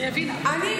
היא הבינה.